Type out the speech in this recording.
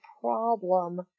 problem